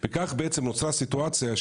וכך בעצם נוצרה סיטואציה,